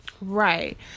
Right